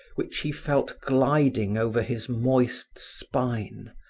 which he felt gliding over his moist spine,